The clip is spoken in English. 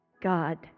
God